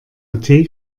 mrt